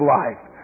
life